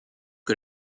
que